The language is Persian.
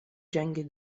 جنگ